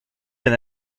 d’un